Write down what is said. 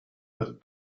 with